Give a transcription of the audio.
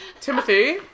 Timothy